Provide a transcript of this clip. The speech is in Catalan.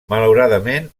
malauradament